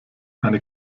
eine